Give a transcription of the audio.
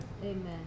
Amen